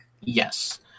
Yes